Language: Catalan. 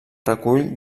recull